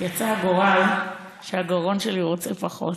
ורצה הגורל שהגרון שלי רוצה פחות.